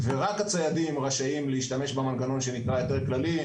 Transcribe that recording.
ורק הציידים רשאים להשתמש במנגנון שנקרא היתר כללי.